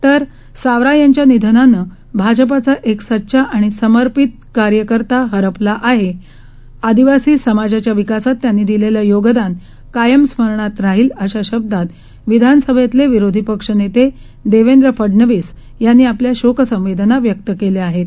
तर सावरायांच्यानिधनानंभाजपाचाएकसच्चाआणिसमर्पितकार्यकर्ताहरपलाआहे आदिवासीसमाजाच्याविकासातत्यांनीदिलेलंयोगदानकायमस्मरणातराहील अशाशब्दातविधानसभैतलेविरोधीपक्षनेतेदेवेंद्रफडनवीसयांनीआपल्याशोकसंवेदनाव्यक्तकेल्याआहेत